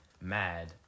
mad